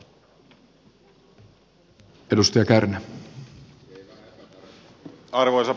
arvoisa puhemies